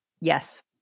yes